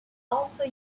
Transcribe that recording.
also